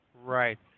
Right